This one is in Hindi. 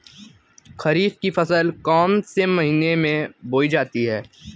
खरीफ की फसल कौन से महीने में बोई जाती है?